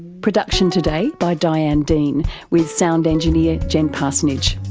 production today by diane dean with sound engineer jen parsonage.